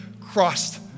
crossed